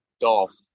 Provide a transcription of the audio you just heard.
golf